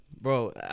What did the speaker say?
Bro